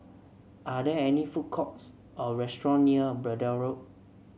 are there food courts or restaurants near Braddell Road